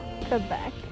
Quebec